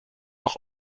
doch